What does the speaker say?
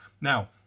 Now